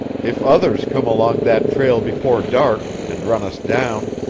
if others come along that trail before dark, and run us down,